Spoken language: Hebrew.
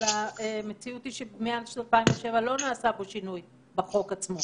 אבל בפועל המציאות היא שמאז 2007 לא נעשה שינוי בחוק עצמו